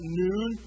noon